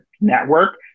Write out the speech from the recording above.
network